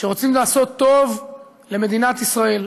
שרוצים לעשות טוב למדינת ישראל,